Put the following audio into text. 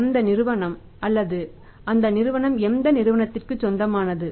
அந்த நிறுவனம் அல்லது அந்த நிறுவனம் எந்த நிறுவனத்திற்கு சொந்தமானது